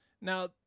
Now